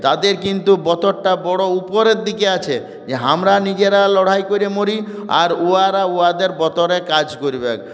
তাদের কিন্তু বতরটা বড় উপরের দিকে আছে যে আমরা নিজেরা লড়াই করে মরি আর উহারা উহাদের বতরে কাজ করবে